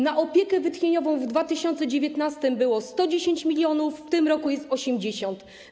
Na opiekę wytchnieniową w 2019 r. było 110 mln zł, w tym roku jest 80 mln.